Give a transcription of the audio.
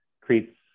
creates